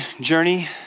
Journey